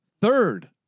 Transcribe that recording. third